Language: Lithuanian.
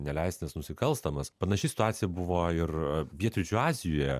neleistinas nusikalstamas panaši situacija buvo ir pietryčių azijoje